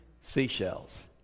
seashells